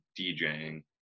DJing